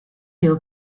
your